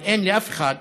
אבל אין לאף אחד